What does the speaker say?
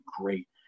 great